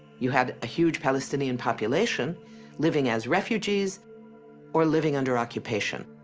you had a huge palestinian population living as refugees or living under occupation.